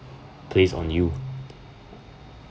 placed on you